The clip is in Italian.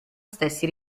stessi